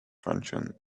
function